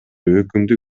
өкүмдү